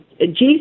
Jesus